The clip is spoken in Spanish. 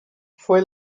fue